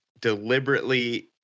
deliberately